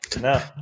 no